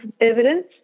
evidence